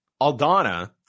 Aldana